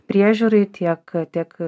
priežiūrai tiek tiek